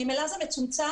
ממילא זה מצומצם.